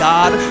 God